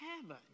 heaven